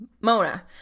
Mona